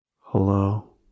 hello